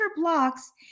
blocks